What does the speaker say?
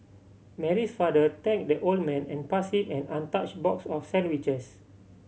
Mary's father thanked the old man and passed him an untouched box of sandwiches